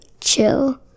chill